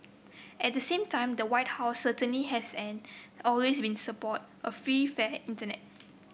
at the same time the White House certainly has and always win support a free fair Internet